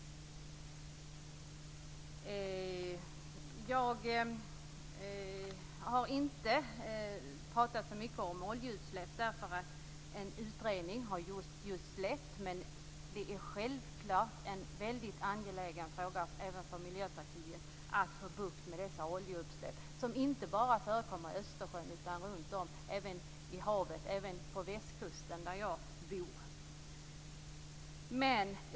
Jag har inte pratat så mycket om oljeutsläpp. En utredning har lagts fram. Det är självfallet en angelägen fråga även för Miljöpartiet att få bukt med dessa oljeutsläpp. De förekommer inte bara i Östersjön utan även på Västkusten där jag bor.